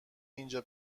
اینجا